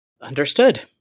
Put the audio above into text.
Understood